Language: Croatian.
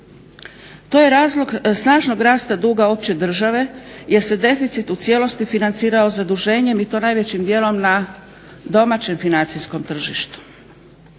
To je razlog snažnog rasta duga opće države jer se deficit u cijelosti financirao zaduženjem i to najvećim dijelom na domaćem financijskom tržištu.